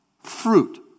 fruit